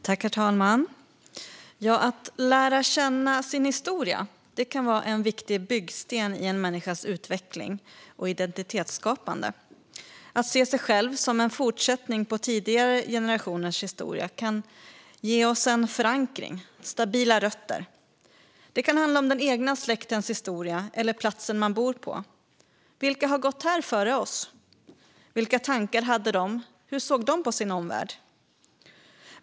Herr talman! Att lära känna sin historia kan vara en viktig byggsten i en människas utveckling och identitetsskapande. Att se sig själv som en fortsättning på tidigare generationers historia kan ge oss en förankring och stabila rötter. Det kan handla om den egna släktens historia eller platsen man bor på. Vilka har gått här före oss? Vilka tankar hade de? Hur såg de på sin omvärld?